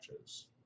matches